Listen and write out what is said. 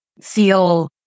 feel